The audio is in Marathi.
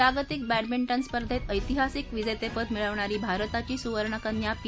जागतिक बड्डमिंटन स्पर्धेत ऐतिहासिक विजस्ट्रिंडे मिळवणारी भारताची सुवर्णकन्या पी